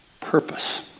purpose